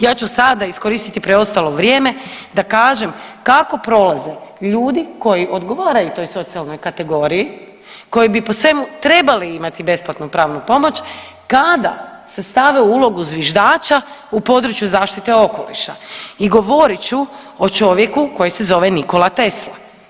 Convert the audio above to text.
Ja ću sada iskoristiti preostalo vrijeme da kažem kako prolaze ljudi koji odgovaraju toj socijalnoj kategoriji koji bi po svemu trebali imati besplatnu pravnu pomoć kada se stave u ulogu zviždača u području zaštite okoliša i govorit ću o čovjeku koji se zove Nikola Tesla.